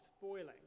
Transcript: boiling